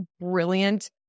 brilliant